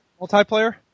Multiplayer